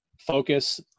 focus